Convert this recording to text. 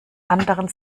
anderen